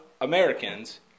Americans